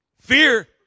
Fear